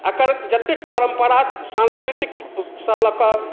एकर जतेक परम्परा सांस्कृतिकसँ लऽ कऽ